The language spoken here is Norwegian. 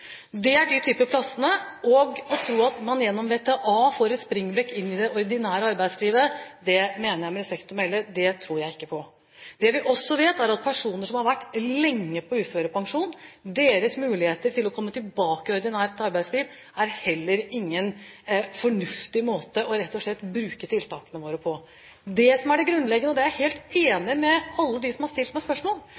de type plassene. Det å tro at man gjennom VTA får et springbrett inn i det ordinære arbeidslivet, tror jeg – med respekt å melde – ikke på. Når det gjelder personer som har vært lenge på uførepensjon, og deres muligheter til å komme tilbake i ordinært arbeidsliv, er dette heller ingen fornuftig måte rett og slett å bruke tiltakene våre på. Det som er det grunnleggende – og der er jeg helt